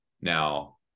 now